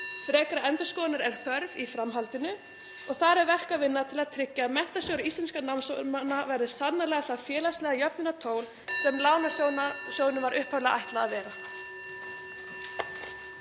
Frekari endurskoðunar er þörf í framhaldinu og þar er verk að vinna til að tryggja að Menntasjóður námsmanna verði sannarlega það félagslega jöfnunartól sem lánasjóðnum var upphaflega ætlað að vera.